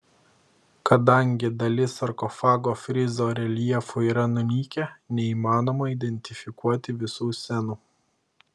kadangi dalis sarkofago frizo reljefų yra nunykę neįmanoma identifikuoti visų scenų